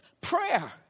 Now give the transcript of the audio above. prayer